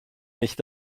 nicht